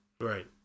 Right